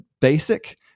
basic